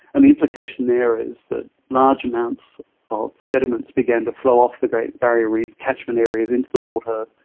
and the implication there is that large amounts of sediments began to flow off the great barrier reef catchment areas into the water,